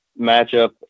matchup